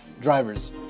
Drivers